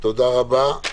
תודה רבה.